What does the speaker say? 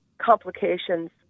complications